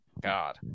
god